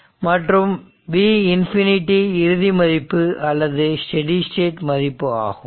மற்றும் V∞ இறுதி மதிப்பு அல்லது ஸ்டெடி ஸ்டேட் மதிப்பு ஆகும்